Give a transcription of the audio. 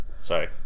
Sorry